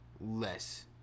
less